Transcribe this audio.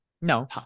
no